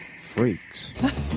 Freaks